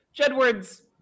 jedward's